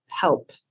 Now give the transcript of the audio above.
help